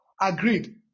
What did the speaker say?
agreed